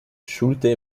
schulte